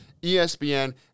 ESPN